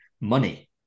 money